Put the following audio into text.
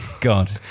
God